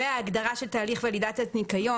34.הגדרות ייצוא קנאביס בפרק זה "תהליך ולידציית ניקיון"